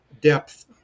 depth